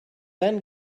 then